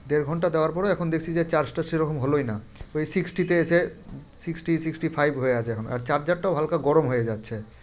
দেড় ঘন্টা দেওয়ার পরেও এখন দেখছি যে চার্জটা সেরকম হলোই না ওই সিক্সটিতে এসে সিক্সটি সিক্সটি ফাইভ হয়ে আছে এখন আর চার্জারটাও হালকা গরম হয়ে যাচ্ছে